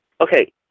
Okay